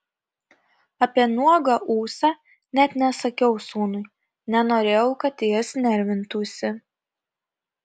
apie nuogą ūsą net nesakiau sūnui nenorėjau kad jis nervintųsi